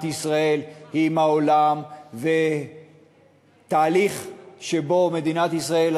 ישראל עם העולם ותהליך שבו מדינת ישראל,